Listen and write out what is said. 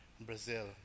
Brazil